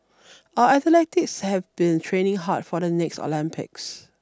our athletes have been training hard for the next Olympics